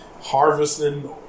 harvesting